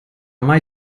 mai